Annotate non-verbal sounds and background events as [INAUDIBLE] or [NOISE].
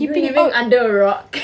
you living under a rock [LAUGHS]